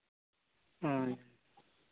ᱦᱮᱸ